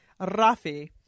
Rafi